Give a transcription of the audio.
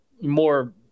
more